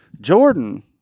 Jordan